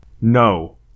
No